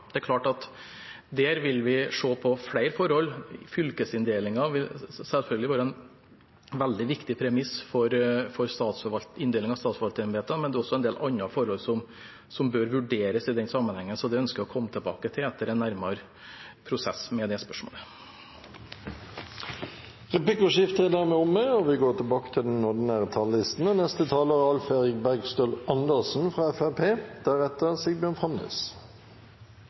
Der vil vi se på flere forhold. Fylkesinndelingen vil selvfølgelig være en veldig viktig premiss for inndelingen av statsforvalterembeter, men det er også en del andre forhold som bør vurderes i den sammenhengen, så det spørsmålet ønsker jeg å komme tilbake til etter en nærmere prosess. Replikkordskiftet er omme. De talere som heretter får ordet, har en taletid på inntil 3 minutter. I min tid som ordfører jobbet vi hardt hele døgnet, til beste for innbyggerne og